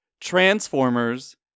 Transformers